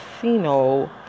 Casino